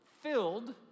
filled